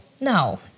no